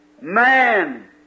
Man